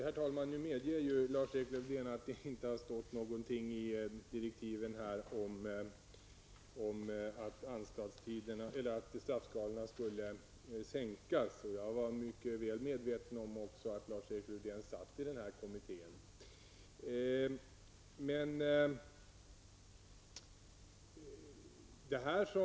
Herr talman! Nu medger Lars-Erik Lövdén att det inte har stått någonting i direktiven till fängelsestraffkommittén om att straffskalorna skulle sänkas. Jag var väl medveten om att Lars Erik Lövdén satt med i den här kommittén, så att han faktiskt borde veta hur det förhöll sig.